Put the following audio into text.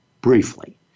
briefly